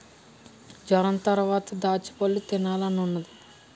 జొరంతరవాత దాచ్చపళ్ళు తినాలనున్నాది